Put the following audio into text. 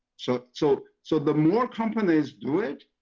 so so so the more companies do it,